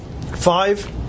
Five